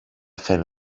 fell